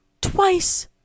twice